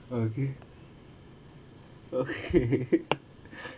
okay okay